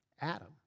Adam